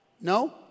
No